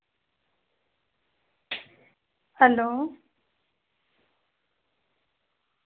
hello